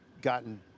gotten